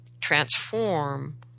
transform